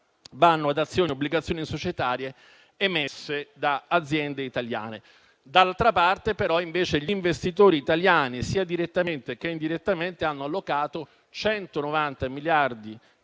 ad azioni e obbligazioni societarie emesse da aziende italiane. Dall'altra parte, però, gli investitori italiani, sia direttamente che indirettamente, hanno allocato 190 miliardi di euro